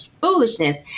foolishness